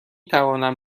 توانم